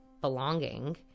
belonging